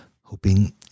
hoping